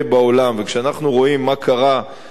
וכשאנחנו רואים מה קרה בארצות-הברית,